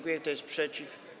Kto jest przeciw?